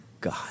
God